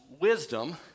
wisdom